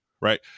right